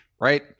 right